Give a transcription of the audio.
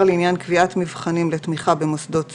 לעניין קביעת מבחנים לתמיכה במוסדות ציבור,